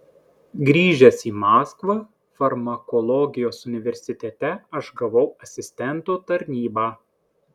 grįžęs į maskvą farmakologijos universitete aš gavau asistento tarnybą